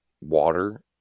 water